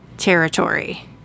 territory